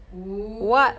oo